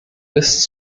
bis